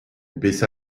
baissa